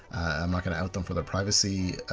i'm not going to out them for their privacy,